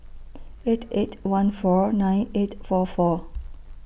eight eight one four nine eight four four